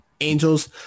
Angels